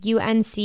UNC